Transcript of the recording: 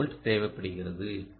2 volt தேவைப்படுகிறது